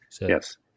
Yes